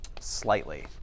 slightly